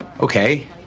okay